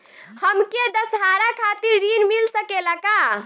हमके दशहारा खातिर ऋण मिल सकेला का?